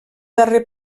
darrer